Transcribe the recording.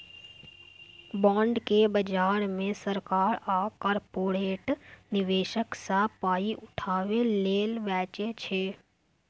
bond केँ बजार मे सरकार आ कारपोरेट निबेशक सँ पाइ उठाबै लेल बेचै छै